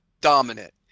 dominant